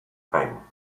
pain